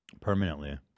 Permanently